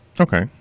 Okay